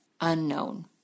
unknown